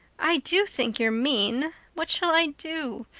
i do think you're mean. what shall i do?